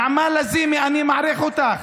נעמה לזימי, אני מעריך אותך,